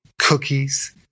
cookies